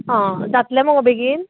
आं जातसें मुगो बेगीन